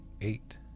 eight